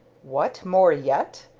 what, more yet?